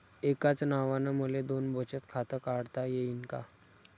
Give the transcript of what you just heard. एकाच नावानं मले दोन बचत खातं काढता येईन का?